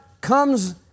comes